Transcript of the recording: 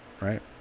right